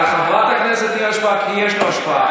על חברת הכנסת נירה שפק יש לך השפעה.